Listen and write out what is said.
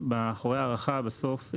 מאחורי ההארכה בסוף,